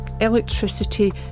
electricity